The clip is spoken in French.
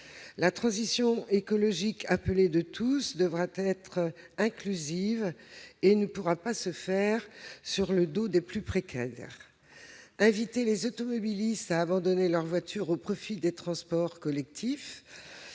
La transition écologique attendue de tous devra être inclusive et ne pourra pas se faire sur le dos des plus précaires. Inviter les automobilistes à abandonner leur voiture au profit des transports collectifs